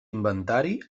inventari